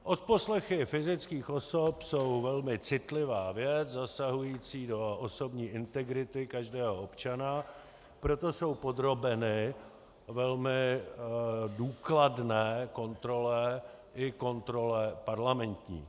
Odposlechy fyzických osob jsou velmi citlivá věc zasahující do osobní integrity každého občana, proto jsou podrobeny velmi důkladné kontrole, i kontrole parlamentní.